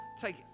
take